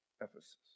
Ephesus